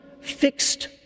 fixed